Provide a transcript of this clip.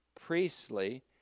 priestly